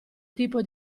tipo